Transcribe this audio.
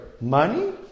money